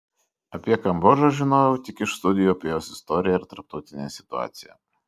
apie kambodžą žinojau tik iš studijų apie jos istoriją ir tarptautinę situaciją